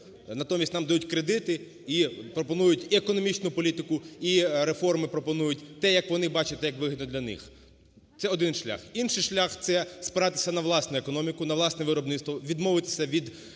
Натомість нам дають кредити і пропонують економічну політику, і реформи, пропонують те, як вони бачать, те як вигідно для них. Це один шлях. Інший шлях – це спиратися на власну економіку, на власне виробництво, відмовитися від співпраці